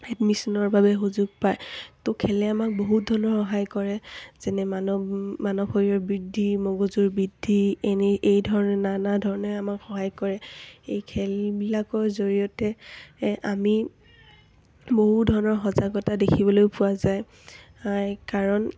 এডমিশ্যনৰ বাবে সুযোগ পায় তো খেলে আমাক বহুত ধৰণৰ সহায় কৰে যেনে মানৱ মানৱ শৰীৰৰ বৃদ্ধি মগজুৰ বৃদ্ধি এনে এই ধৰণে নানা ধৰণে আমাক সহায় কৰে এই খেলবিলাকৰ জৰিয়তে আমি বহু ধৰণৰ সজাগতা দেখিবলৈ পোৱা যায় কাৰণ